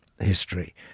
history